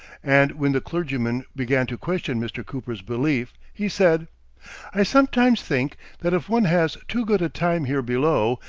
and when the clergyman began to question mr. cooper's belief, he said i sometimes think that if one has too good a time here below,